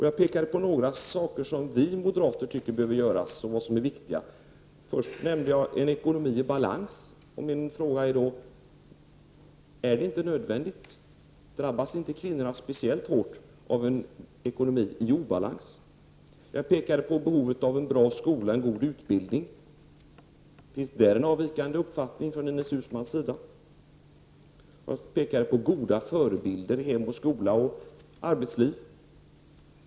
Jag pekade på några saker som vi moderater tycker behöver göras och som är viktiga. Först nämnde jag en ekonomi i balans. Min fråga är: Är det inte nödvändigt, drabbas inte kvinnorna speciellt hårt av en ekonomi i obalans? Jag pekade på behovet av en bra skola, en god utbildning. Har Ines Uusmann där en avvikande uppfattning? Jag pekade på goda förebilder; hem, skola och arbetsliv.